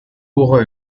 aura